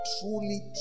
truly